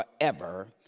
forever